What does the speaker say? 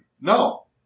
No